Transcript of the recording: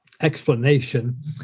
explanation